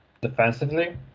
defensively